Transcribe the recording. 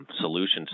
solutions